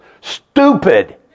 Stupid